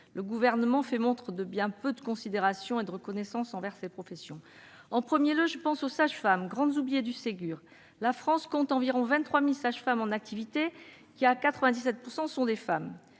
Le Gouvernement fait montre de bien peu de considération et de reconnaissance envers ces professions. Ben voyons ! En premier lieu, je pense aux sages-femmes, grands oubliés du Ségur. La France compte environ 23 000 sages-femmes en activité, dont 97 % sont des femmes.